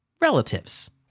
relatives